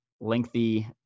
lengthy